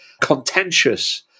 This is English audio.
contentious